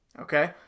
Okay